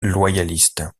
loyalistes